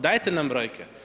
Dajte nam brojke.